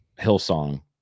Hillsong